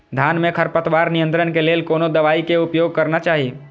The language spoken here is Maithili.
धान में खरपतवार नियंत्रण के लेल कोनो दवाई के उपयोग करना चाही?